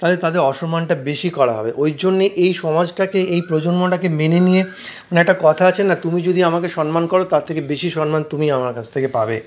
তাহলে তাদের অসন্মানটা বেশি করা হবে ওই জন্য এই সমাজটাকে এই প্রজন্মটাকে মেনে নিয়ে না একটা কথা আছে না তুমি যদি আমাকে সন্মান করো তার থেকে বেশি সন্মান তুমি আমার কাছ থেকে পাবে